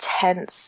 tense